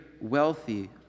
wealthy